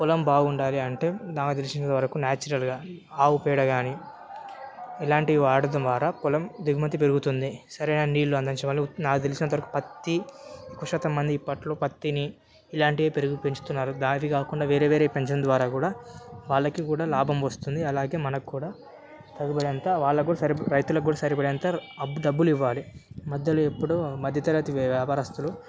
పొలం బాగుండాలి అంటే నాకు తెలిసినంతవరకు న్యాచురల్గా ఆవు పేడ కాని ఇలాంటివి వాడడం ద్వారా పొలం దిగుమతి పెరుగుతుంది సరైన నీళ్లు అందించే వాళ్ళు నాకు తెలిసినంతవరకు పత్తి కుషిత మంది ఇప్పట్లో పత్తిని ఇలాంటివి పెరిగి పెంచుతున్నారు దాన్ని కాకుండా వేరే వేరే పెంచడం ద్వారా కూడా వాళ్లకి కూడా లాభం వస్తుంది అలాగే మనకు కూడా సరిపడేంత వాళ్ళకు కూడా సరిప రైతులకు సరిపడేంత డబ్బులు ఇవ్వాలి మధ్యలో ఎప్పుడూ మధ్యతరగతి వ్యాపారస్తులు